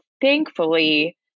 thankfully